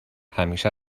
همیشه